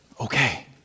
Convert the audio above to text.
Okay